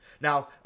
Now